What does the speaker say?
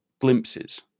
Glimpses